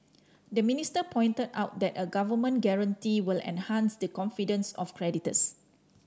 the minister pointed out that a government guarantee will enhance the confidence of creditors